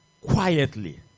quietly